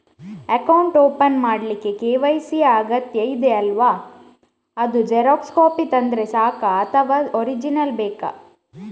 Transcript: Account open ಮಾಡ್ಲಿಕ್ಕೆ KYC ಯಾ ಅಗತ್ಯ ಇದೆ ಅಲ್ವ ಅದು ಜೆರಾಕ್ಸ್ ಕಾಪಿ ತಂದ್ರೆ ಸಾಕ ಅಥವಾ ಒರಿಜಿನಲ್ ಬೇಕಾ?